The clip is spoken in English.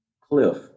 cliff